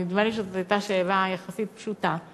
נדמה לי שזאת הייתה שאלה יחסית פשוטה,